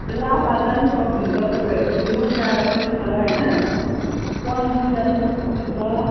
लाभा जानु सक्नुहुन्छ तपाईँहरू नोक डाँडा पनि छ होइन पन्बु जानु सक्नुहुन्छ